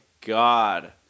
God